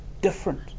different